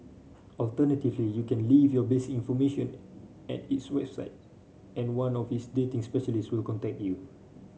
alternatively you can leave your base information at its website and one of its dating specialist will contact you